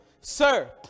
sir